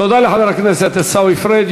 תודה לחבר הכנסת עיסאווי פריג'.